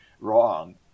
wrong